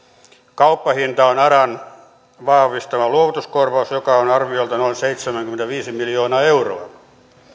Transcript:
kauppahinta on aran vahvistama luovutuskorvaus joka on arviolta noin seitsemänkymmentäviisi miljoonaa euroa